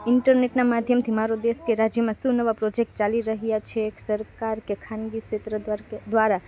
ઈન્ટરનેટના માધ્યમથી મારા દેશ કે રાજ્યમાં શું નવા પ્રોજેક્ટ ચાલી રહ્યાં છે સરકાર કે ખાનગી ક્ષેત્ર કે દ્વારા